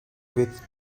with